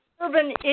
urban